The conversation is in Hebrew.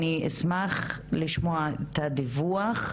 אני אשמח לשמוע את הדיווח,